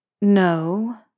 No